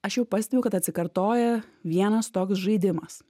aš jau pastebiu kad atsikartoja vienas toks žaidimas